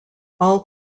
all